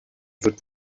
wird